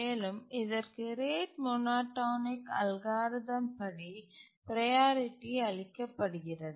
மேலும் இதற்கு rate monotonic algorithm படி ப்ரையாரிட்டி அளிக்கப்படுகிறது